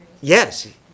Yes